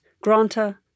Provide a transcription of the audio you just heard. Granta